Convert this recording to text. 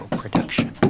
production